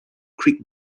creek